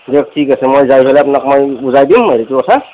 দিয়ক ঠিক আছে মই যাই ফেলে আপ্নাক মই বুজাই দিম এইটো কথা